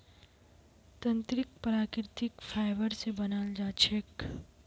तंत्रीक प्राकृतिक फाइबर स बनाल जा छेक